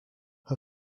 her